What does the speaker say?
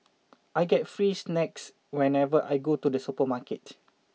I get free snacks whenever I go to the supermarket